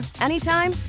anytime